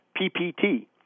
PPT